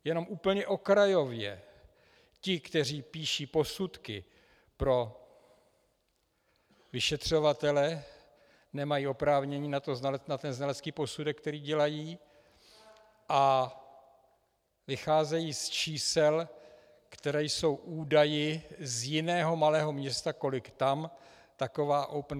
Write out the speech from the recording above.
Jenom úplně okrajově ti, kteří píší posudky pro vyšetřovatele, nemají oprávnění na ten znalecký posudek, který dělají, a vycházejí z čísel, která jsou údaji z jiného malého města, kolik tam taková Opencard stojí.